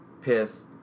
piss